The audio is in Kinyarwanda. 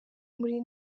muri